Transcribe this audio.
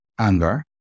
anger